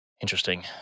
Interesting